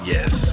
Yes